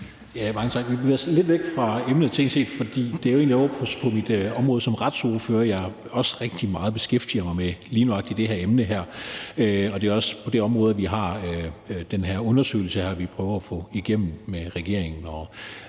Mange tak. Vi bevæger os lidt væk fra emnet teknisk set, for det er jo egentlig ovre på mit område som retsordfører, jeg også rigtig meget beskæftiger mig med lige nøjagtig det emne her, og det er også på det område, vi har den her undersøgelse, vi prøver at få igennem med regeringen.